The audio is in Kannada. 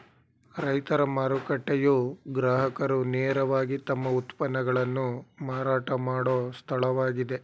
ರೈತರ ಮಾರುಕಟ್ಟೆಯು ಗ್ರಾಹಕರು ನೇರವಾಗಿ ತಮ್ಮ ಉತ್ಪನ್ನಗಳನ್ನು ಮಾರಾಟ ಮಾಡೋ ಸ್ಥಳವಾಗಿದೆ